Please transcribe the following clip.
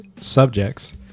subjects